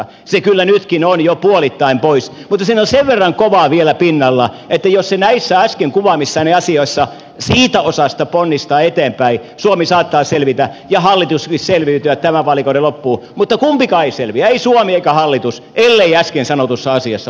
se kyllä nytkin on jo puolittain pois mutta siinä on sen verran kovaa vielä pinnalla että jos se näissä äsken kuvaamissani asioissa siitä osasta ponnistaa eteenpäin suomi saattaa selvitä ja hallituskin selviytyä tämän vaalikauden loppuun mutta kumpikaan ei selviä ei suomi eikä hallitus ellei äsken sanotussa asiassa onnistuta